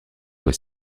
fois